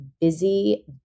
busy